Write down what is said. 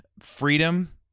freedom